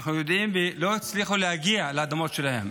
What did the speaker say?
אנחנו יודעים, לא הצליחו להגיע לאדמות שלהם.